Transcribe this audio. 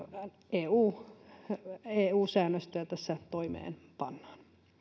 eu eu säännöstöä tässä toimeenpannaan